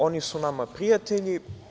Oni su nama prijatelji.